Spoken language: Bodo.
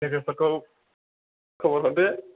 लोगोफोरखौ खबर हरदो